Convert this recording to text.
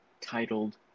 Titled